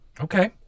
okay